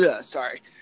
sorry